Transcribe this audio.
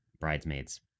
Bridesmaids